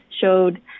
showed